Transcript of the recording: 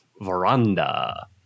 veranda